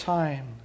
time